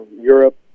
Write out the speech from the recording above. europe